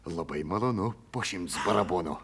labai malonu po šimts barabonų